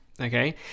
okay